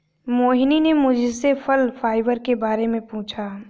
मोहिनी ने मुझसे फल फाइबर के बारे में पूछा